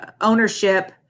ownership